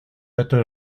êtes